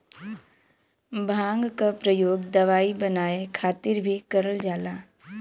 भांग क परयोग दवाई बनाये खातिर भीं करल जाला